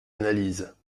analyse